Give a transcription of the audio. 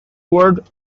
word